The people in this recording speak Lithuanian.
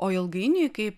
o ilgainiui kaip